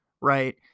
right